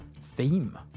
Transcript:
theme